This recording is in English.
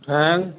fan